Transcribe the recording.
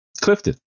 Clifton